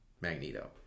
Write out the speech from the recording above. Magneto